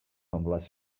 semblat